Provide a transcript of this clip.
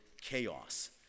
chaos